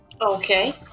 Okay